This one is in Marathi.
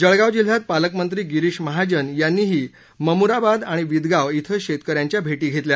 जळगाव जिल्ह्यात पालकमंत्री गिरीश महाजन यांनीही ममुराबाद आणि विदगाव श्वि शेतकऱ्यांच्या भेटी घेतल्या